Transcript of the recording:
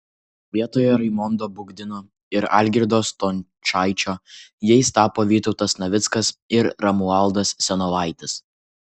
vietoje raimondo budgino ir algirdo stončaičio jais tapo vytautas navickas ir romualdas senovaitis